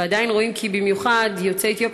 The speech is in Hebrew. ועדיין רואים כי במיוחד יוצאי אתיופיה